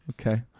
Okay